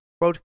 quote